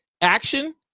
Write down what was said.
action